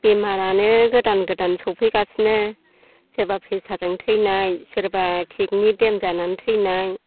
बेमारानो गोदान गोदान सौफैगासिनो सोरबा प्रेसारजों थैनाय सोरबा किडनि देमेज जानानै थैनाय